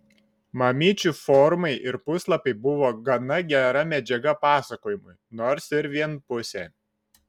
mamyčių forumai ir puslapiai buvo gana gera medžiaga pasakojimui nors ir vienpusė